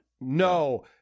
No